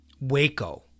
Waco